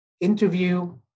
interview